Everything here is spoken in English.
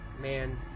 Man